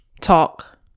talk